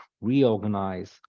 reorganize